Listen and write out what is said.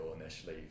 initially